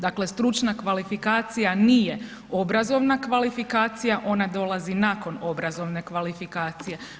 Dakle, stručna kvalifikacija nije obrazovna kvalifikacija ona dolazi nakon obrazovne kvalifikacije.